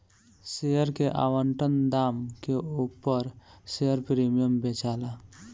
share के आवंटन दाम के उपर शेयर प्रीमियम बेचाला